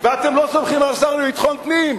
ואתם לא סומכים על השר לביטחון פנים.